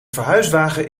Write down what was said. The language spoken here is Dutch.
verhuiswagen